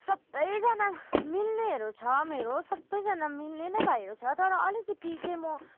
सबैजना मिल्नेहरू छ मेरो सबैजना मिल्ने नै भाइहरू छ तर अलिकति चाहिँ म